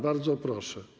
Bardzo proszę.